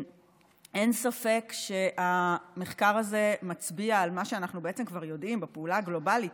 אין ספק שהמחקר הזה מצביע על מה שאנחנו כבר יודעים בפעולה הגלובלית,